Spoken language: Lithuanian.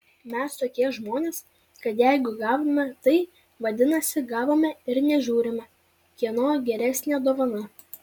mes tokie žmonės kad jeigu gavome tai vadinasi gavome ir nežiūrime kieno geresnė dovana